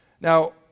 Now